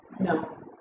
No